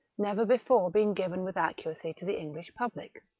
never before been given with accuracy to the english public.